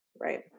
Right